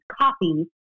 coffee